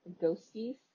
ghosties